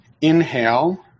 inhale